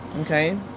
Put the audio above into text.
Okay